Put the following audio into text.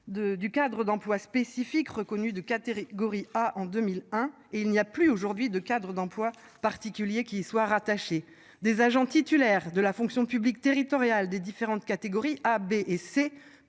du Cadre d'emplois spécifiques reconnu de catégorie A en 2001 et il n'y a plus aujourd'hui de Cadre d'emplois particulier qui soient rattachés des agents titulaires de la fonction publique territoriale des différentes catégories A, B et C